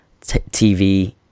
TV